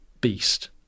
beast